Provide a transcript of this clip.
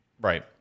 Right